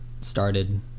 started